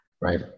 right